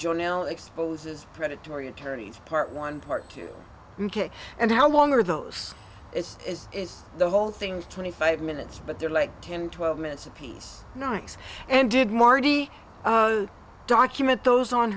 journal exposes predatory attorneys part one part two and how long are those is is is the whole things twenty five minutes but they're like ten twelve minutes apiece nice and did marty document those on